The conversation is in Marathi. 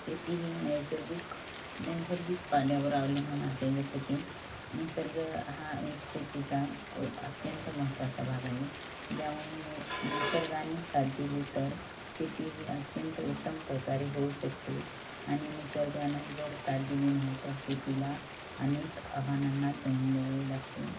शेती ही नैसर्गिक नैसर्गिक पाण्यावर अवलंबून असेल जसं की निसर्ग हा एक शेतीचा अत्यंत महत्त्वाचा भाग आहे ज्यामुळे नि निसर्गाने साथ दिली तर शेती ही अत्यंत उत्तम प्रकारे होऊ शकते आणि निसर्गाने जर साथ दिली नाही तर शेतीला अनेक आव्हानांना तोंड द्यावे लागते